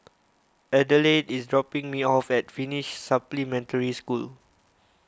Adelaide is dropping me off at Finnish Supplementary School